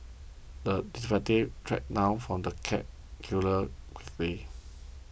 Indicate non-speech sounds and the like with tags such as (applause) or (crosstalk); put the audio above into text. the detective tracked down (unintelligible) the cat killer quickly